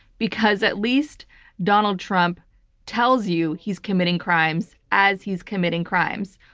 because at least donald trump tells you he's committing crimes as he's committing crimes,